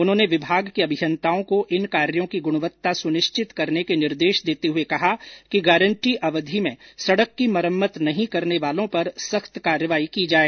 उन्होंने विभाग के अभियन्ताओं को इन कार्यों की गुणवत्ता सुनिश्चित करने के निर्देश देते हुए कहा कि गारंटी अवधि में सड़क की मरम्मत नहीं करने वालों पर सख्त कार्रवाई की जाए